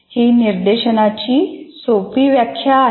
ही निर्देशनाची सोपी व्याख्या आहे